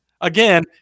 again